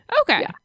Okay